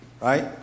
right